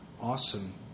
Awesome